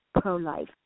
pro-life